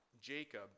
Jacob